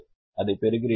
அதைப் பெறுகிறீர்களா